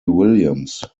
williams